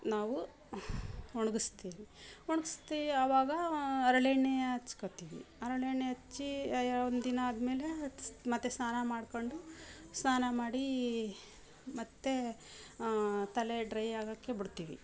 ನಾವು ಒಣಗಿಸ್ತಿವಿ ಒಣಗಸಿ ಆವಾಗ ಹರಳೆಣ್ಣೆ ಹಚ್ಕತಿವಿ ಹರಳೆಣ್ಣೆ ಹಚ್ಚಿ ಒಂದಿನ ಆದಮೇಲೆ ಮತ್ತೆ ಸ್ನಾನ ಮಾಡ್ಕೊಂಡು ಸ್ನಾನ ಮಾಡಿ ಮತ್ತೆ ತಲೆ ಡ್ರೈ ಆಗೋಕೆ ಬಿಡ್ತೀವಿ